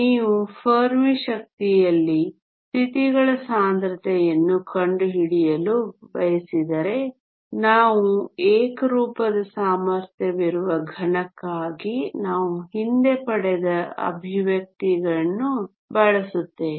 ನೀವು ಫೆರ್ಮಿ ಶಕ್ತಿಯಲ್ಲಿ ಸ್ಥಿತಿಗಳ ಸಾಂದ್ರತೆಯನ್ನು ಕಂಡುಹಿಡಿಯಲು ಬಯಸಿದರೆ ನಾವು ಏಕರೂಪದ ಸಾಮರ್ಥ್ಯವಿರುವ ಘನಕ್ಕಾಗಿ ನಾವು ಹಿಂದೆ ಪಡೆದ ಎಕ್ಸ್ಪ್ರೆಶನ್ಗಳನ್ನು ಬಳಸುತ್ತೇವೆ